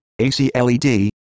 ACLED